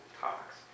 talks